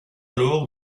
alors